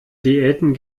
diäten